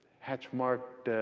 hatch-marked,